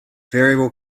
variable